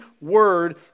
word